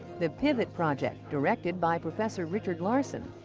the pivot project, directed by professor richard larson,